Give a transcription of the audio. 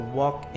walk